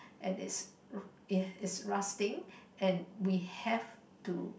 and it's it's rusting and we have to